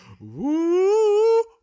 Woo